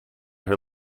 her